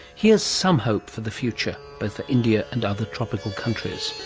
here's some hope for the future, both for india and other tropical countries.